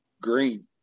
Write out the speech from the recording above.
Green